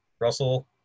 Russell